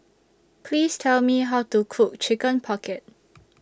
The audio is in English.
Please Tell Me How to Cook Chicken Pocket